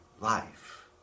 life